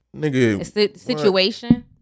situation